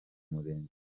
umurenge